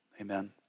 Amen